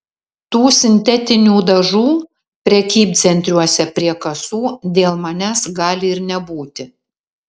tų sintetinių dažų prekybcentriuose prie kasų dėl manęs gali ir nebūti